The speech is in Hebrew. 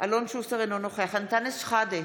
אלון שוסטר, אינו נוכח אנטאנס שחאדה,